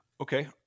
Okay